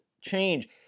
change